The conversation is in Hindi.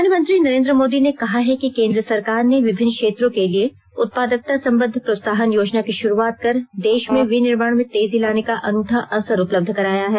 प्रधानमंत्री नरेन्द्र मोदी ने कहा है कि केन्द्र सरकार ने विभिन्न क्षेत्रों के लिए उत्पादकता संबद्व प्रोत्साहन योजना की शुरूआत कर देश में विनिर्माण में तेजी लाने का अनूठा अवसर उपलब्ध कराया है